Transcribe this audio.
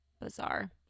bizarre